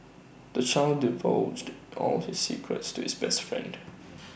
the child divulged all his secrets to his best friend